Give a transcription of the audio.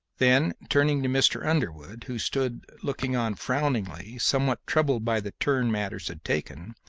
then turning to mr. underwood, who stood looking on frowningly, somewhat troubled by the turn matters had taken,